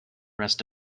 rest